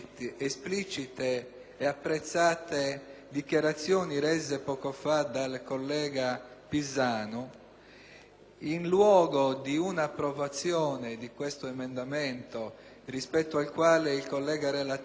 in luogo di un'approvazione di questo emendamento, rispetto al quale il collega relatore ha manifestato ancora delle perplessità, ne vorrei in subordine chiedere